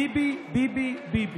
ביבי, ביבי, ביבי.